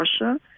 Russia